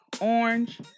orange